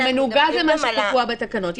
זה מנוגד למה שקבוע בתקנות.